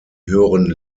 höheren